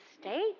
state